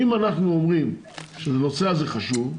אם אנחנו אומרים שהנושא חשוב,